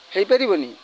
ହେଇ ପାରିବନି